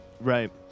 Right